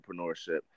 entrepreneurship